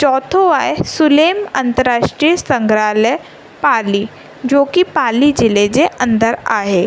चोथों आहे सुलेम अंतराष्ट्रीय संघ्रालय पाली जोकी पाली जिले जे अंदरि आहे